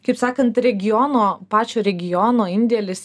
kaip sakant regiono pačio regiono indėlis